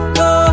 go